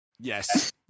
Yes